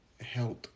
health